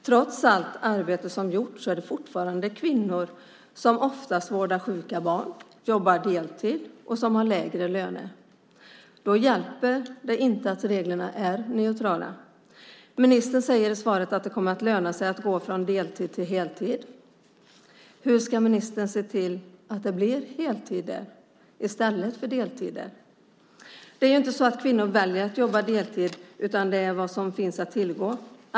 Trots allt arbete som gjorts är det fortfarande oftast kvinnor som vårdar sjuka barn, jobbar deltid och har lägre lön. Då hjälper det inte att reglerna är neutrala. Ministern säger i svaret att det kommer att löna sig att gå från deltid till heltid. Hur ska ministern se till att det blir heltider i stället för deltider? Kvinnor väljer inte att jobba deltid, utan det är vad som finns att tillgå.